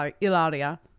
Ilaria